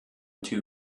two